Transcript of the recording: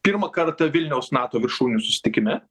pirmą kartą vilniaus nato viršūnių susitikime